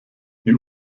die